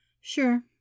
Sure